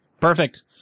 Perfect